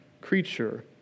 creature